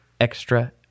extra